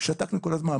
שתקנו כל הזמן.